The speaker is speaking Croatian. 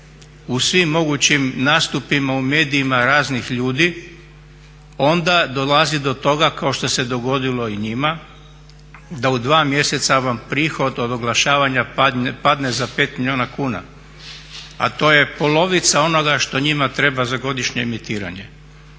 u svim mogućim nastupima u medijima raznih ljudi onda dolazi do toga kao što se dogodilo i njima da u 2 mjeseca vam prihod od oglašavanja padne za 5 milijuna kuna, a to je polovica onoga što njima treba za godišnje emitiranje.